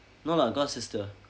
no lah god sister